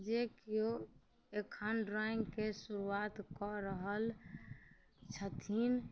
जे केओ एखन ड्रॉइंगके शुरुआत कऽ रहल छथिन